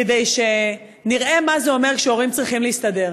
כדי שנראה מה זה אומר שהורים צריכים להסתדר.